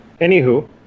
anywho